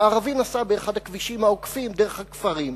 הערבי נסע באחד הכבישים העוקפים דרך הכפרים.